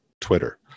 Twitter